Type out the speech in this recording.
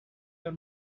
your